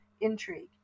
intrigue